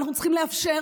אנחנו צריכים לאפשר